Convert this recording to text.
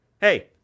hey